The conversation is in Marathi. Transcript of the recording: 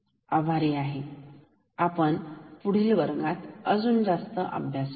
आभारी आहे आणि आपण पुढील वर्गात अजून जास्त अभ्यास करू